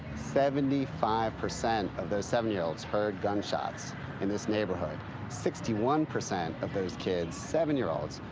seventy five percent of those seven-year-olds heard gunshots in this neighborhood sixty one percent of those kids, seven-year-olds,